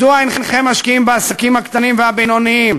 מדוע אינכם משקיעים בעסקים הקטנים והבינוניים?